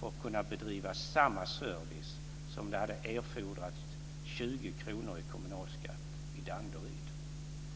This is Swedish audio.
för att kunna bedriva samma service som det hade erfordrats 20 kr i kommunalskatt i Danderyd för.